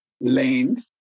Lane